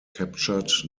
captured